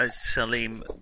Salim